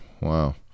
wow